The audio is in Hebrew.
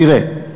תראה,